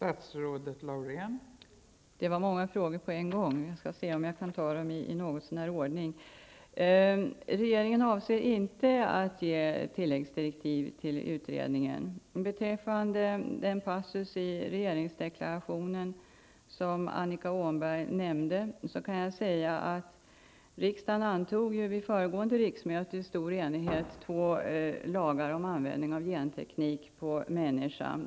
Fru talman! Det var många frågor på en gång; jag skall försöka besvara dem något så när i ordning. Regeringen avser inte att ge utredningen tilläggsdirektiv. Beträffande den passus i regeringsdeklarationen som Annika Åhnberg nämnde kan jag säga att riksdagen ju vid föregående riksmöte i stor enighet antog två lagar om användning av genteknik på människan.